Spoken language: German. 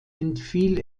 entfiel